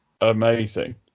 amazing